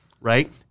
right